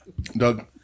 Doug